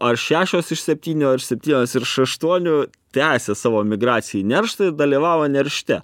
ar šešios iš septynių ar septynios iš aštuonių tęsia savo migracijai nerštui ir dalyvavo neršte